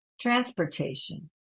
transportation